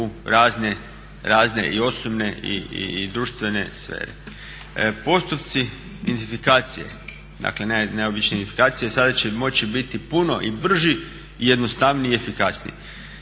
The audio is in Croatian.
razne i osobne i društvene sfere. Postupci identifikacije, dakle najobičnije identifikacije sada će moći biti puno i brži i jednostavniji i efikasniji.